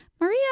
maria